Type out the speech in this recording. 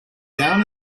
down